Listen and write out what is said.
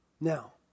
Now